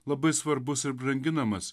labai svarbus ir branginamas